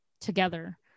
together